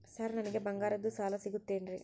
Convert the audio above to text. Sir ನನಗೆ ಬಂಗಾರದ್ದು ಸಾಲ ಸಿಗುತ್ತೇನ್ರೇ?